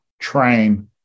train